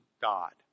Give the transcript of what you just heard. God